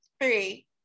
three